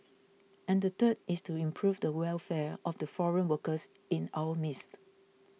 and the third is to improve the welfare of the foreign workers in our midst